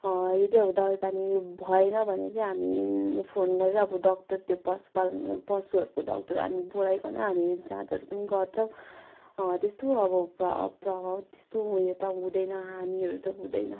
यदि अब दबाईपानी भएन भने चाहिँ हामी फोन गरेर अब डक्टर त्यो पशुपालन पशुहरूको डक्टर हामी बोलाइकन हामी जाँचहरू पनि गर्छौँ त्यस्तो अब प्र प्रभाव त्यस्तो उयो त हुँदैन हानिहरू त हुँदैन